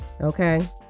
okay